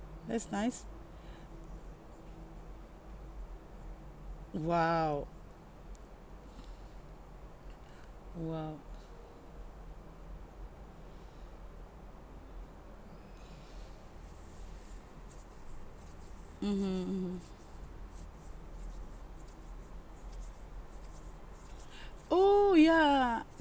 that's nice !wow! !wow! mmhmm mmhmm oh ya